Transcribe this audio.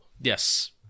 Yes